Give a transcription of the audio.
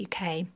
UK